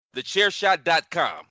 TheChairShot.com